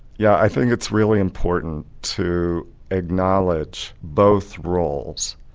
yeah i think it's really important to acknowledge both roles.